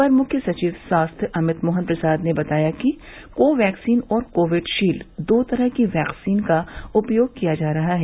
अपर मुख्य सचिव स्वास्थ्य अमित मोहन प्रसाद ने बताया कि को वैक्सीन और कोविड शील्ड दो तरह की वैक्सीन का उपयोग किया जा रहा है